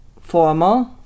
formal